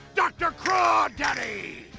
dr. craw-daddy.